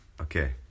Okay